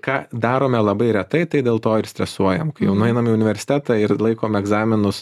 ką darome labai retai tai dėl to ir stresuojame kai jau nueinam į universitetą ir laikom egzaminus